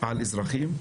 על אזרחים?